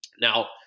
Now